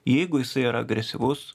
jeigu jisai yra agresyvus